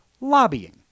Lobbying